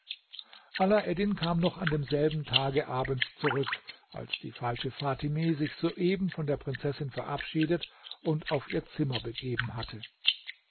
alaeddin kam noch an demselben tage abends zurück als die falsche fatime sich soeben von der prinzessin verabschiedet und auf ihr zimmer begeben hatte